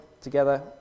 together